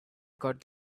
got